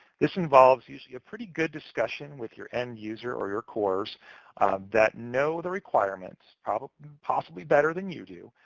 this involves usually a pretty good discussion with your end user or your cores that know the requirements, possibly better than you do,